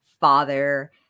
father